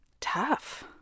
Tough